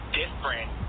different